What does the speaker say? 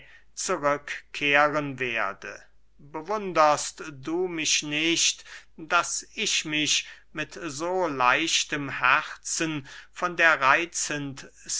zurückkehren werde bewunderst du mich nicht daß ich mich mit so leichtem herzen von der